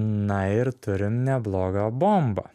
na ir turim neblogą bombą